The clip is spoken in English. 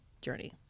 journey